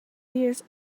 years